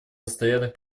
постоянных